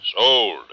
Sold